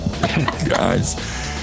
guys